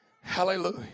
Hallelujah